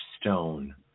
stone